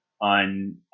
on